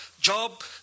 Job